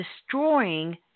destroying